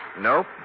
Nope